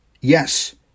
Yes